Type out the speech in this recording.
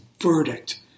verdict